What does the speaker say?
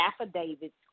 affidavits